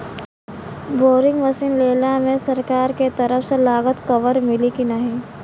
Boring machine लेला मे सरकार के तरफ से लागत कवर मिली की नाही?